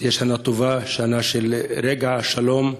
שתהיה שנה טובה, שנה של רוגע, שלום,